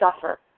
suffer